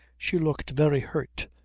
she looked very hurt,